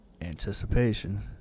Anticipation